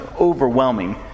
overwhelming